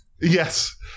Yes